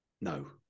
no